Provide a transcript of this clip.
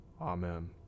Amen